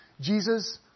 Jesus